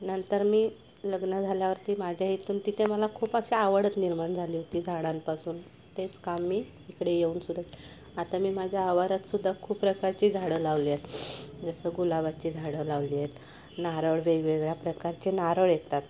नंतर मी लग्न झाल्यावरती माझ्या इथून तिथे मला खूप अशी आवडच निर्माण झाली होती झाडांपासून तेच काम मी इकडे येऊन सुद्धा आता मी माझ्या आवारातसुद्धा खूप प्रकारची झाडं लावली आहेत जसं गुलाबाची झाडं लावली आहेत नारळ वेगवेगळ्या प्रकारचे नारळ येतात